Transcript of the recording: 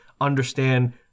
understand